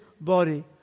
body